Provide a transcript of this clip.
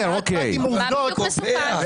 אבל מי קובע?